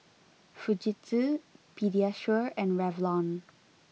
Fujitsu Pediasure and Revlon